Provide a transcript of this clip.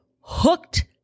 Hooked